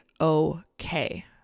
okay